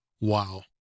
Wow